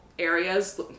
Areas